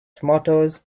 tomatoes